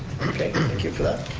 okay, thank you for that.